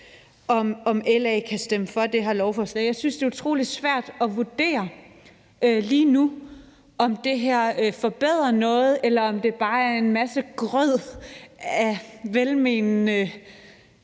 om LA kan stemme for det her lovforslag. Jeg synes, det er utrolig svært at vurdere lige nu, om det her forbedrer noget, eller om det bare er en masse grød af velmenende